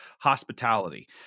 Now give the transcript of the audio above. hospitality